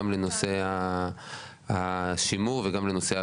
גם לנושא השימור וגם לנושא הקליטה.